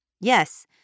Yes